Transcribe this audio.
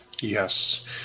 Yes